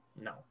No